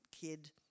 kid